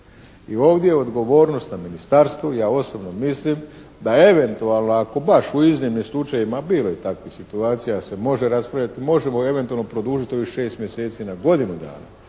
I ovdje je odgovornost na ministarstvu. Ja osobno mislim da eventualno ako baš u iznimnim slučajevima, bilo je takvih situacija da se može raspravljati, možemo eventualno produžiti ovih šest mjeseci na godinu dana,